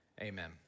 amen